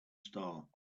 star